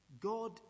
god